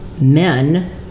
men